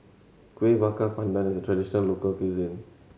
Kueh Bakar Pandan is a traditional local cuisine